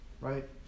right